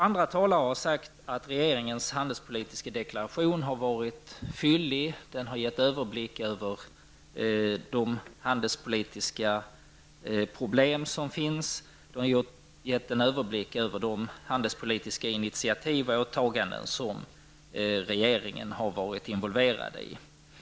Andra talare har sagt att regeringens handelspolitiska deklaration är fyllig samt ger en överblick över de handelspolitiska problem som finns och över de handelspolitiska initiativ och åtaganden som regeringen varit involverad i.